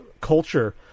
culture